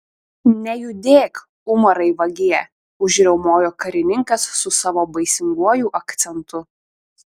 nejudėk umarai vagie užriaumojo karininkas su savo baisinguoju akcentu